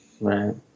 right